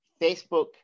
Facebook